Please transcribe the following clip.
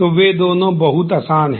तो वे दोनों बहुत आसान हैं